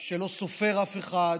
שלא סופר אף אחד,